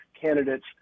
candidates